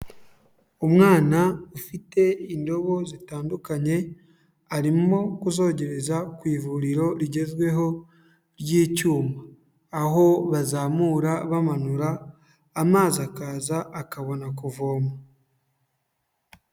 Umwana ufite indobo zitandukanye, arimo kuzogereza ku ivuriro rigezweho ry'icyuma, aho bazamura bamanura amazi akaza, akabona kuvoma.